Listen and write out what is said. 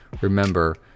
remember